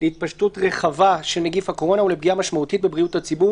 "להתפשטות רחבה של נגיף הקורונה ולפגיעה משמעותית בבריאות הציבור